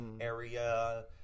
area